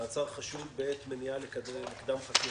(מעצר חשוד בעת מניעה לקדם חקירה).